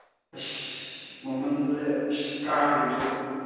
ꯑꯁ ꯃꯃꯟꯁꯦ ꯀꯥꯈꯤꯕꯗꯨ